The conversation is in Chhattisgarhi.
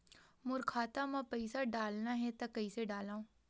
मोर खाता म पईसा डालना हे त कइसे डालव?